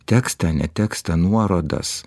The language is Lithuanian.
tekstą ne tekstą nuorodas